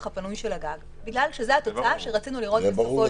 הפנוי של הגג בגלל שזאת התוצאה שרצינו לראות בסופו של יום.